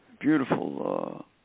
beautiful